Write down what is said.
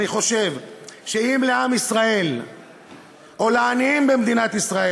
אני חושב שאם לעם ישראל או לעניים במדינת ישראל